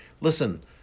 Listen –